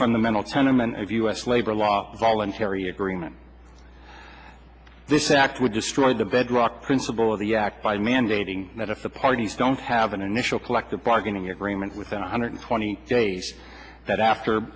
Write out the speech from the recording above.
fundamental tenement of u s labor law voluntary agreement this act would destroy the bedrock principle of the act by mandating that if the parties don't have an initial collective bargaining agreement within one hundred twenty days that after